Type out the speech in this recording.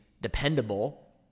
dependable